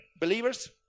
Believers